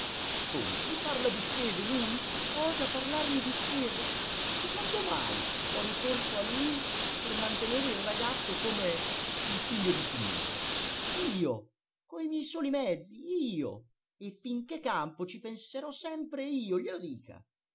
ma come i parla di spese lui osa parlarmi di spese e quando mai ho ricorso a lui per mantenere il ragazzo come un figlio di signori io coi miei soli mezzi io e finché campo ci penserò sempre io glielo dica